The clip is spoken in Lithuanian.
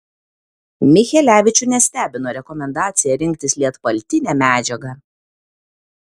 michelevičių nestebino rekomendacija rinktis lietpaltinę medžiagą